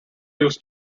use